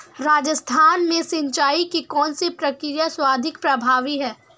राजस्थान में सिंचाई की कौनसी प्रक्रिया सर्वाधिक प्रभावी है?